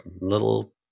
little